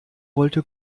wollte